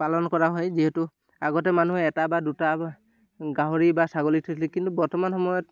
পালন কৰা হয় যিহেতু আগতে মানুহে এটা বা দুটা গাহৰি বা ছাগলী থৈছিলে কিন্তু বৰ্তমান সময়ত